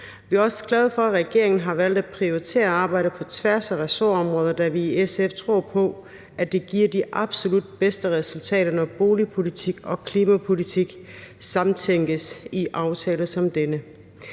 Vi er også glade for, at regeringen har valgt at prioritere arbejdet på tværs af ressortområder, da vi i SF tror på, at det giver de absolut bedste resultater, når boligpolitik og klimapolitik samtænkes i aftaler som denne.